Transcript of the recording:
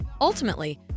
Ultimately